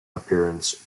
appearance